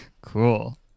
Cool